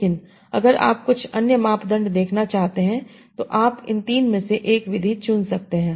लेकिन अगर आप कुछ अन्य मापदंड देखना चाहते हैं तो आप इन 3 में से 1 विधि चुन सकते हैं